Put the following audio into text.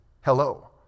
Hello